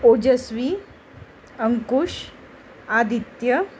Ojaswi Ankush Aditya